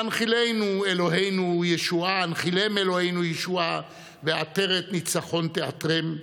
והנחילנו אלוהינו ישועה, ועטרת ניצחון תעטרם.